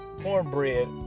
cornbread